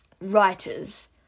writers